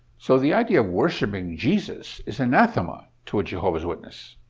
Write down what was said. so the idea of worshiping jesus is anathema to a jehovah's witness.